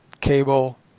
cable